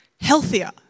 healthier